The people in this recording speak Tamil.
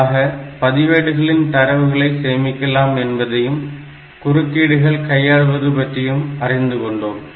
ஆக பதிவேடுகளில் தரவுகளை சேமிக்கலாம் என்பதையும் குறுக்கீடுகள் கையாள்வது பற்றியும் அறிந்து கொண்டோம்